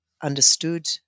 understood